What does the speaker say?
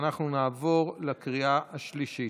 ואנחנו נעבור לקריאה השלישית.